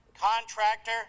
contractor